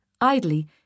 Idly